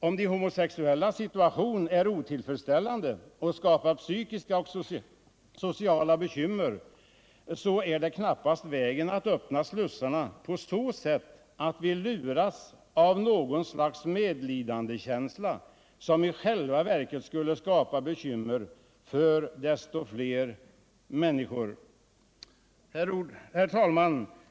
Om de homosexuellas situation är otillfredsställande och skapar psykiska och sociala bekymmer, så är knappast den rätta vägen att öppna slussarna att göra det genom att vi lurar oss själva av något slags medlidandekänsla, som i själva verket skulle skapa bekymmer för ännu fler människor. Herr talman!